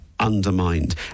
undermined